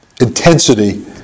intensity